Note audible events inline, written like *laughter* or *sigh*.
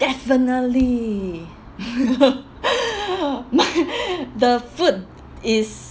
definitely *laughs* my *noise* the food is